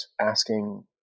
asking